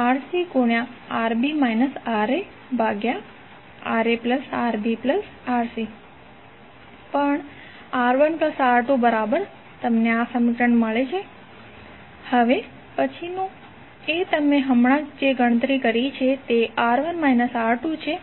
RaRaRbRc પણ R1R2RcRaRbRaRbRc અને હવે પછીનુ એ તમે હમણાં જ ગણતરી કરી છે તે R1 R2છે